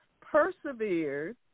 Persevered